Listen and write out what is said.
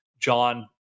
john